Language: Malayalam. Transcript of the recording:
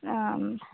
ആ